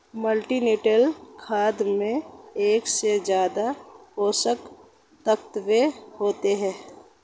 multinutrient खाद में एक से ज्यादा पोषक तत्त्व होते है